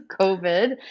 COVID